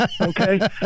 okay